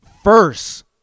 First